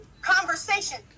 conversation